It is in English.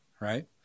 Right